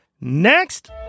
Next